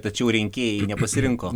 tačiau rinkėjai nepasirinko